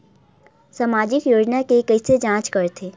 सामाजिक योजना के कइसे जांच करथे?